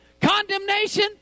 condemnation